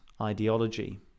ideology